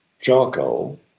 charcoal